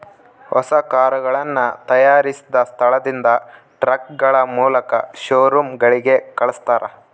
ಹೊಸ ಕರುಗಳನ್ನ ತಯಾರಿಸಿದ ಸ್ಥಳದಿಂದ ಟ್ರಕ್ಗಳ ಮೂಲಕ ಶೋರೂಮ್ ಗಳಿಗೆ ಕಲ್ಸ್ತರ